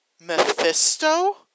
Mephisto